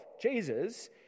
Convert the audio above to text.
Jesus